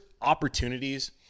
opportunities